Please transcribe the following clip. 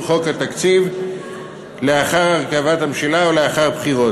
חוק התקציב לאחר הרכבת הממשלה ולאחר בחירות.